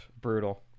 brutal